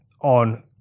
on